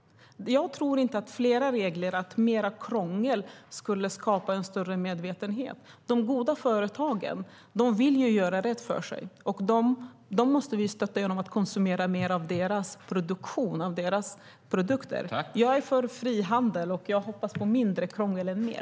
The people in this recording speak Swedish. Jag tror inte att fler regler, mer krångel, skulle skapa en större medvetenhet. De goda företagen vill göra rätt för sig, och dem måste vi stötta genom att konsumera mer av deras produkter. Jag är för frihandel, och jag hoppas på mindre krångel, inte mer.